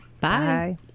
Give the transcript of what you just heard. Bye